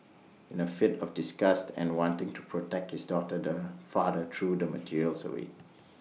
in A fit of disgust and wanting to protect his daughter the father threw the materials away